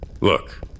Look